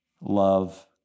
Love